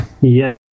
Yes